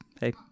hey